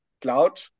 cloud